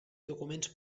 documents